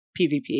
PVP